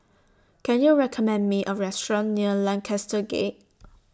Can YOU recommend Me A Restaurant near Lancaster Gate